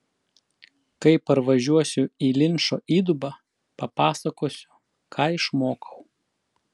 kai parvažiuosiu į linčo įdubą papasakosiu ką išmokau